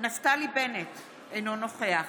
נפתלי בנט, אינו נוכח